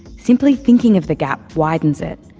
simply thinking of the gap widens it,